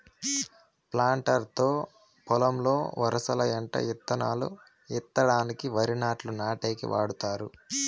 planter తో పొలంలో వరసల ఎంట ఇత్తనాలు ఇత్తడానికి, వరి నాట్లు నాటేకి వాడతారు